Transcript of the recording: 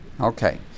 Okay